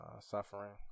suffering